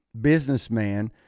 businessman